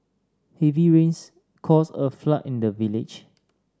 heavy rains caused a flood in the village